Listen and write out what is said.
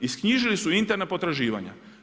Izknjižili su interna potraživanja.